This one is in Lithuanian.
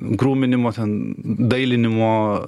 gruminimo ten dailinimo